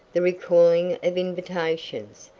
the recalling of invitations,